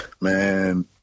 Man